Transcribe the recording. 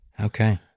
Okay